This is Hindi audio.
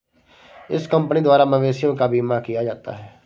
इस कंपनी द्वारा मवेशियों का बीमा किया जाता है